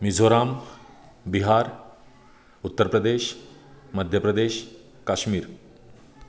Mizoram Bihar Uttar Pradesh Madhya Pradesh Kashmir